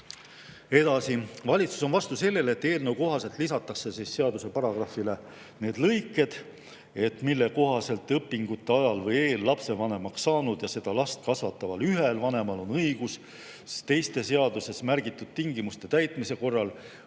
Edasi. Valitsus on vastu sellele, et eelnõu kohaselt lisataks seaduse paragrahvile lõiked, mille kohaselt õpingute ajal või eel lapsevanemaks saanud ja last kasvataval ühel vanemal on õigus teiste seaduses märgitud tingimuste täitmise korral